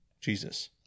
Jesus